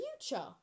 future